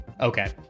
Okay